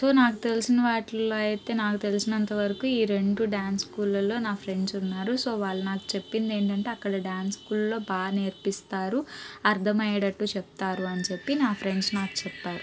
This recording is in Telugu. సో నాకు తెలిసిన వాటిల్లో అయితే నాకు తెలిసినంత వరకు ఈ రెండు డ్యాన్స్ స్కూల్లల్లో నా ఫ్రెండ్స్ ఉన్నారు సో వాళ్ళు నాకు చెప్పిందేంటంటే అక్కడ డ్యాన్స్ స్కూల్లో బాగా నేర్పిస్తారు అర్థం అయ్యేటట్టు చెప్తారు అని చెప్పి నా ఫ్రెండ్స్ నాకు చెప్పారు